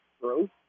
growth